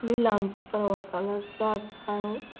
मी लांबच्या प्रवासाला जात आहे